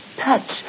touch